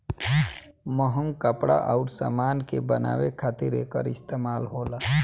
महंग कपड़ा अउर समान के बनावे खातिर एकर इस्तमाल होला